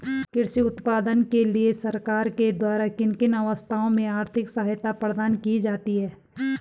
कृषि उत्पादन के लिए सरकार के द्वारा किन किन अवस्थाओं में आर्थिक सहायता प्रदान की जाती है?